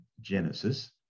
Genesis